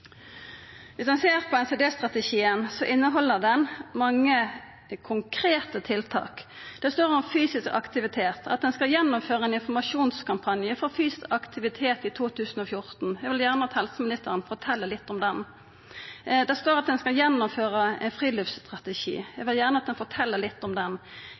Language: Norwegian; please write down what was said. Viss ein ser på NCD-strategien, inneheld han mange konkrete tiltak. Det står om fysisk aktivitet, og at ein skal gjennomføra ein informasjonskampanje for fysisk aktivitet i 2014. Eg vil gjerne at helseministeren fortel litt om det. Det står at ein skal gjennomføra ein friluftsstrategi. Eg vil gjerne at helseministeren fortel litt om